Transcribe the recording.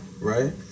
right